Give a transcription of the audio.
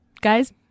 guys